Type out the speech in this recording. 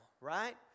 right